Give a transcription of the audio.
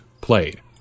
played